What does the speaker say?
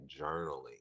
journaling